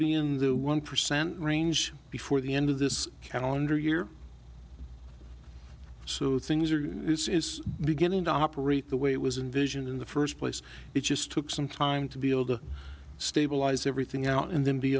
be in the one percent range before the end of this calendar year so things are beginning to operate the way it was in vision in the first place it just took some time to be able to stabilize everything out and then be